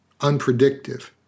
unpredictive